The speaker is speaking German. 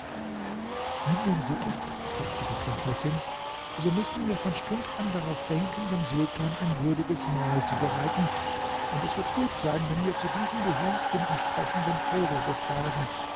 wenn dem so ist sagte die prinzessin so müssen wir von stund an darauf denken dem sultan ein würdiges mahl zu bereiten und es wird gut sein wenn wir zu diesem behuf den sprechenden vogel befragen